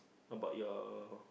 about your